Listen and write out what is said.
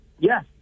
Yes